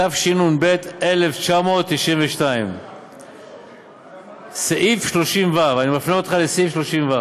התשנ"ב 1992. אני מפנה אותך לסעיף 30(ו)